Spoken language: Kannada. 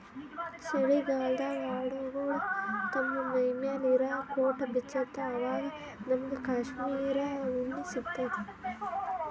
ಚಳಿಗಾಲ್ಡಾಗ್ ಆಡ್ಗೊಳು ತಮ್ಮ್ ಮೈಮ್ಯಾಲ್ ಇರಾ ಕೋಟ್ ಬಿಚ್ಚತ್ತ್ವಆವಾಗ್ ನಮ್ಮಗ್ ಕಾಶ್ಮೀರ್ ಉಣ್ಣಿ ಸಿಗ್ತದ